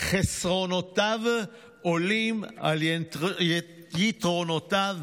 חסרונותיו עולים על יתרונותיו,